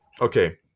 okay